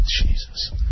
Jesus